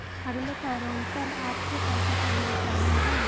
अगले पैरोल पर आपके पैसे का भुगतान होगा